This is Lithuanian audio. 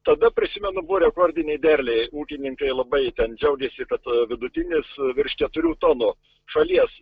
tada prisimenu buvo rekordiniai derliai ūkininkai labai ten džiaugėsi kad vidutinis virš keturių tonų šalies